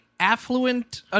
Affluent